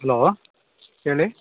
hello ಹೇಳಿ